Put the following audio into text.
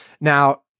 Now